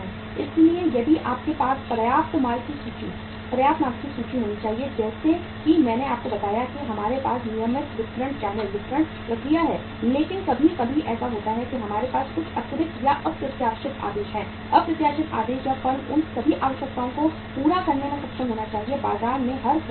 इसलिए यदि आपके पास पर्याप्त माल की माल सूची होनी चाहिए जैसा कि मैंने आपको बताया कि हमारे पास नियमित वितरण चैनल वितरण प्रक्रिया है लेकिन कभी कभी ऐसा होता है कि हमारे पास कुछ अतिरिक्त या अप्रत्याशित आदेश हैं अप्रत्याशित आदेश और फर्म उन सभी आवश्यकताओं को पूरा करने में सक्षम होना चाहिए बाजार में हर खरीदार की